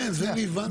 כן, זה אני הבנתי.